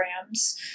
programs